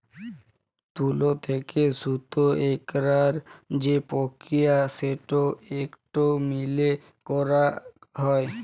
তুলো থেক্যে সুতো কইরার যে প্রক্রিয়া সেটো কটন মিলে করাক হয়